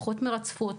פחות מרצפות,